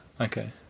Okay